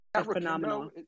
phenomenal